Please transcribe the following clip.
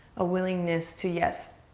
a willingness to yes,